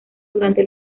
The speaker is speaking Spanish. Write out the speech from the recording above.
durante